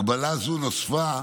הגבלה זו נוספה